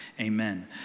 amen